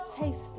taste